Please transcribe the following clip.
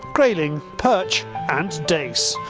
grayling, perch and dace.